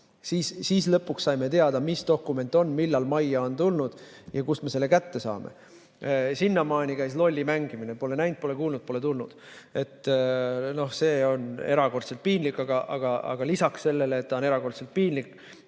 Siis lõpuks saime teada, mis dokument see on, millal majja tulnud ja kust me selle kätte saame. Sinnamaani käis lollimängimine: pole näinud, pole kuulnud, pole tulnud. See on erakordselt piinlik. Aga lisaks sellele, et see on erakordselt piinlik,